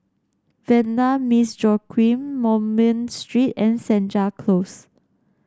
Vanda Miss Joaquim Moulmein Street and Senja Close